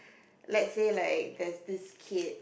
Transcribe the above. let's say like there's this kid